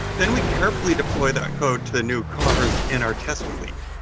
then we carefully deploy that code to the new cars in our test fleet,